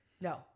No